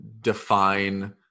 define